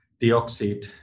dioxide